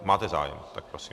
Máte zájem, tak prosím.